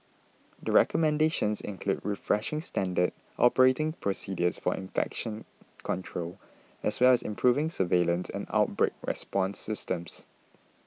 the recommendations include refreshing standard operating procedures for infection control as well as improving surveillance and outbreak response systems